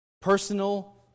personal